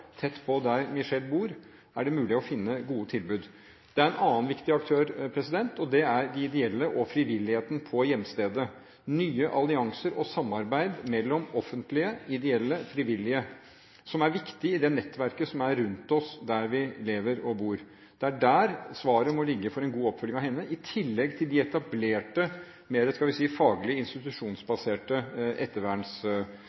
tett på der Michelle bor, er det mulig å finne gode tilbud. Andre viktige aktører er de ideelle og frivilligheten på hjemstedet. Nye allianser og samarbeid mellom offentlige, ideelle og frivillige er viktig i nettverket som er rundt oss der vi lever og bor. Det er der svaret må ligge for en god oppfølging av henne, i tillegg til de etablerte, mer – skal vi si